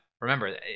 remember